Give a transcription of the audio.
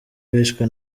bishwe